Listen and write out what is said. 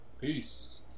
peace